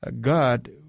god